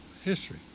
history